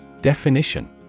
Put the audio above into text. Definition